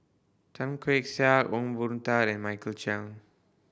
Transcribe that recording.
Tan Keong Saik Ong Boon Tat and Michael Chiang